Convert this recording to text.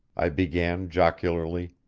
i began jocularly,